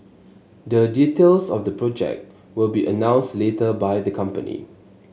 the details of the project will be announced later by the company